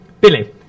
Billy